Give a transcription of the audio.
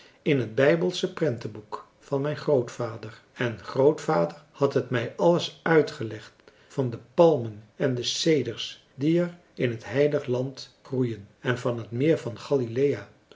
in het bijbelsche prentenboek van mijn grootvader en grootvader had het mij alles uitgelegd van de palmen en de ceders die er in het heilige land groeien en van het meer van galilea